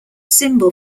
symbol